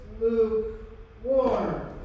lukewarm